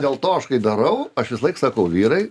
dėl to aš kai darau aš visąlaik sakau vyrai